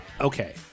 Okay